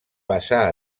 passà